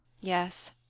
Yes